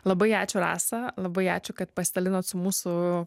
labai ačiū rasa labai ačiū kad pasidalinot su mūsų